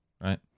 right